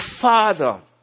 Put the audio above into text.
Father